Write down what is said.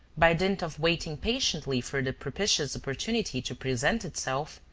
by dint of waiting patiently for the propitious opportunity to present itself,